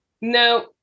no